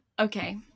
okay